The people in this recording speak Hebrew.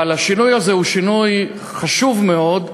השינוי הזה הוא שינוי חשוב מאוד,